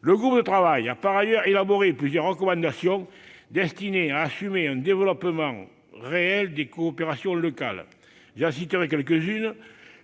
Le groupe de travail a par ailleurs élaboré plusieurs recommandations en vue d'assurer un développement réel des coopérations locales. J'en citerai quelques-unes :